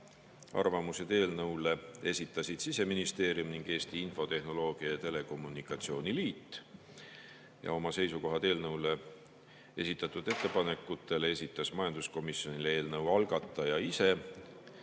Arvamused eelnõu kohta esitasid Siseministeerium ning Eesti Infotehnoloogia ja Telekommunikatsiooni Liit. Oma seisukohad muudatusettepanekute kohta esitas majanduskomisjonile eelnõu algataja ise,